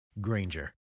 Granger